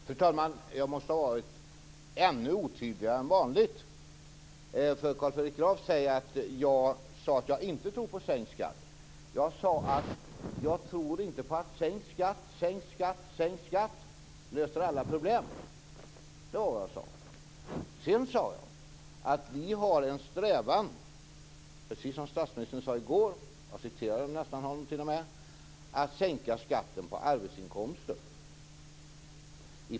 Fru talman! Jag måste ha varit ännu otydligare än vanligt. Carl Fredrik Graf säger att jag sade att jag inte tror på sänkt skatt. Jag sade att jag inte tror att sänkt skatt löser alla problem. Det var vad jag sade. Sedan sade jag att vi har en strävan, precis som statsministern sade i går - jag nästan citerade honom - att i första hand sänka skatten på arbetsinkomster.